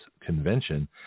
Convention